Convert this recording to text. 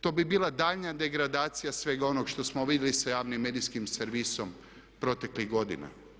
To bi bila daljnja degradacija svega onog što smo vidjeli sa javnim medijskim servisom proteklih godina.